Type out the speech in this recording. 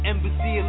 Embassy